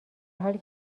حالی